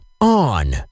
on